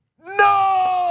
no